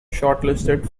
shortlisted